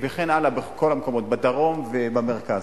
וכן הלאה בכל המקומות, בדרום ובמרכז.